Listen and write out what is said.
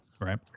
right